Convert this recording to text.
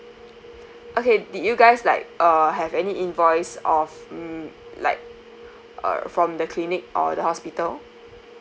okay did you guys like uh have any invoice of hmm like uh from the clinic or the hospital